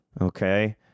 Okay